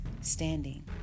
standing